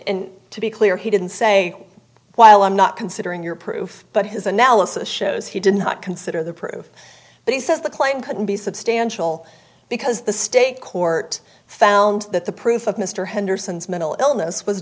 and to be clear he didn't say while i'm not considering your proof but his analysis shows he did not consider the proof but he says the claim couldn't be substantial because the state court found that the proof of mr henderson's mental illness was